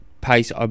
pace